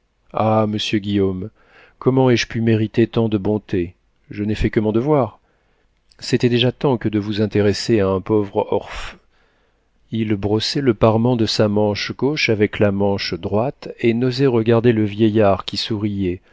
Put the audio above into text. ah monsieur guillaume comment ai-je pu mériter tant de bontés je ne fais que mon devoir c'était déjà tant que de vous intéresser à un pauvre orph il brossait le parement de sa manche gauche avec la manche droite et n'osait regarder le vieillard qui souriait